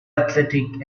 athletic